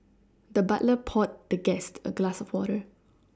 the butler poured the guest a glass of water